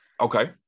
Okay